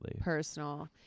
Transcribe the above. personal